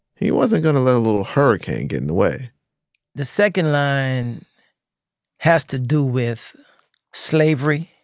he wasn't gonna let a little hurricane get in the way the second line has to do with slavery.